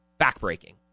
backbreaking